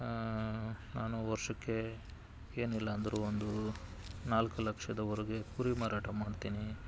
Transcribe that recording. ಹಾಂ ನಾನು ವರ್ಷಕ್ಕೆ ಏನಿಲ್ಲಾಂದ್ರೂ ಒಂದು ನಾಲ್ಕು ಲಕ್ಷದವರೆಗೆ ಕುರಿ ಮಾರಾಟ ಮಾಡ್ತೇನೆ